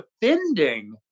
defending